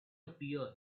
appear